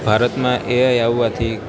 ભારતમાં એઆઈ આવવાથી